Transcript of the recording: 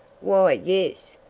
why, yes.